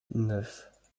neuf